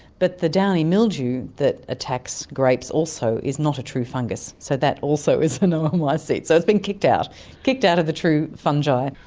but the downy mildew that attacks grapes also is not a true fungus, so that also is an um ah oomycete. so it's been kicked out kicked out of the true fungi.